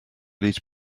these